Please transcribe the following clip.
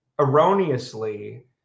erroneously